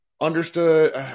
understood